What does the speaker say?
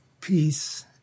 peace